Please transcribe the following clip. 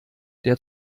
der